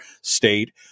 state